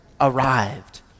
arrived